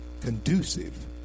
conducive